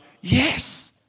yes